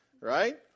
right